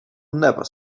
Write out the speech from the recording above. never